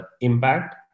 impact